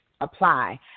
apply